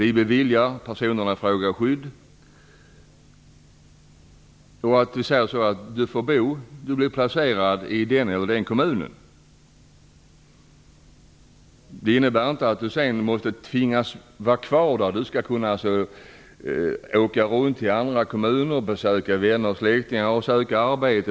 I Sverige ger vi personen i fråga skydd. Sedan säger vi att personen skall placeras i en viss kommun. Det innebär inte att personen måste vara kvar där. Han eller hon kan åka runt till andra kommuner och besöka vänner och släktingar och söka arbete.